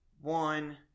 one